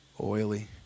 Oily